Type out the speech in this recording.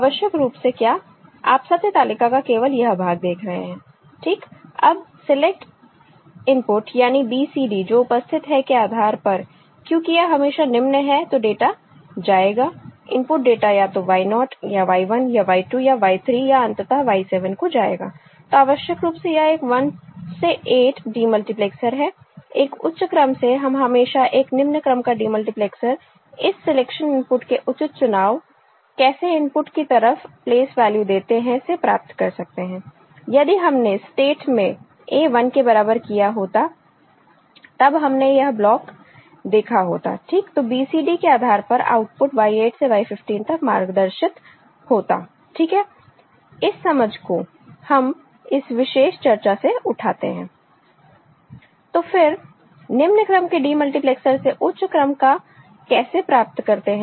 आवश्यक रूप से क्या आप सत्य तालिका का केवल यह भाग देख रहे हैं ठीक अब सिलेक्टइनपुट यानी BCD जो उपस्थित है के आधार पर क्योंकि यह हमेशा निम्न है तो डाटा जाएगा इनपुट डाटा या तो Y naught या Y 1 या Y 2 या Y 3 या अंततः Y 7 को जाएगा तो आवश्यक रूप से यह एक 1 से 8 डिमल्टीप्लैक्सर है एक उच्च क्रम से हम हमेशा एक निम्न क्रम का डिमल्टीप्लेक्सर इस सिलेक्शन इनपुट के उचित चुनाव कैसे इनपुट की तरफ प्लेस वैल्यू देते हैं से प्राप्त कर सकते हैं यदि हमने स्टेट में A 1 के बराबर किया होता तब हमने यह ब्लॉक देखा होता ठीक तो B C D के आधार पर आउटपुट Y 8 से Y 15 तक मार्गदर्शित होता ठीक है इस समझ को हम इस विशेष चर्चा से उठाते हैं तो फिर निम्न क्रम के डिमल्टीप्लेक्सर से उच्च क्रम का कैसे प्राप्त करते हैं